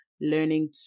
learning